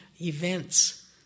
events